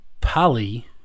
Polly